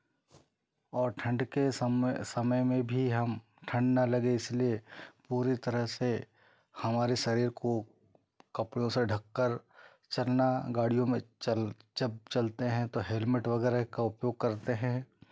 और ठंड के समय समय में भी हम ठंड न लगे इसलिए पूरी तरह से हमारे शरीर को कपड़ों से ढक कर चलना गाड़ियों में चल चब चलते हैं तो हेलमेट वगैरह का उपयोग करते हैं